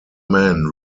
men